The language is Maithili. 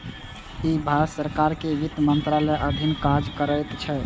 ई भारत सरकार के वित्त मंत्रालयक अधीन काज करैत छै